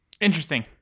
Interesting